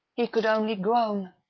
he could only groan.